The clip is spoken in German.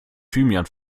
thymian